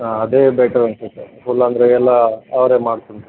ಹಾಂ ಅದೇ ಬೆಟರ್ ಅನ್ನಿಸುತ್ತೆ ಫುಲ್ ಅಂದರೆ ಎಲ್ಲ ಅವರೇ ಮಾಡ್ಕೊಳ್ತಾರೆ